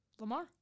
Lamar